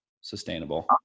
sustainable